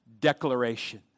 declaration